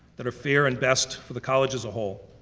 that are fair and best, for the college as a whole.